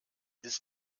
ist